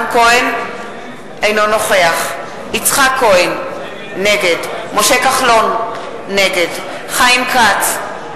אינו נוכח יצחק כהן, נגד משה כחלון, נגד חיים כץ,